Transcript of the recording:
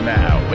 now